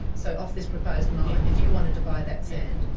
so off this proposed mine? if you wanted to buy that sand?